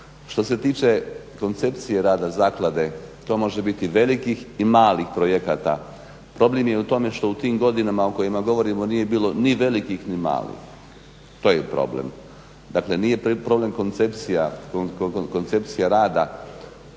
Što se tiče koncepcije rada zaklade, to može biti velikih i malih projekata. Problem je u tome što u tim godinama o kojima govorimo nije bilo ni velikih ni malih. To je problem. Dakle nije problem koncepcija rada,